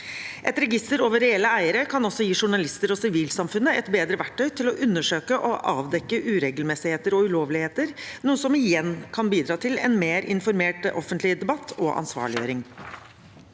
Et register over reelle eiere kan også gi journalister og sivilsamfunnet et bedre verktøy til å undersøke og avdekke uregelmessigheter og ulovligheter, noe som igjen kan bidra til en mer informert offentlig debatt og ansvarliggjøring.